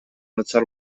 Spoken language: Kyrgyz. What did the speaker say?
начар